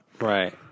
Right